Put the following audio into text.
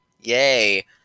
Yay